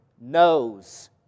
knows